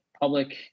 Public